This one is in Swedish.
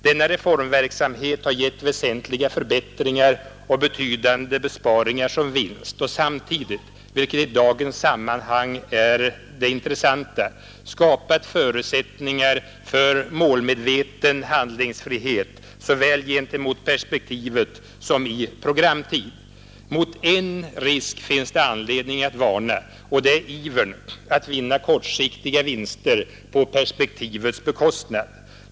Denna reformverksamhet har gett väsentliga förbättringar och betydande besparingar som vinst och samtidigt — vilket i dagens sammanhang är det intressanta — skapat förutsättningar för målmedveten handlingsfrihet såväl gentemot perspektivet som i programtid. Mot en risk finns det anledning att varna, och det är ivern att vinna kortsiktiga vinster på perspektivets bekostnad.